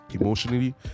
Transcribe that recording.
emotionally